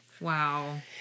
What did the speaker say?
Wow